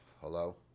Hello